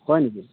হয় নেকি